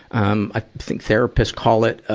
um, i think therapists call it,